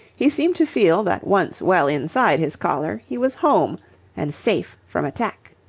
he seemed to feel that once well inside his collar he was home and safe from attack.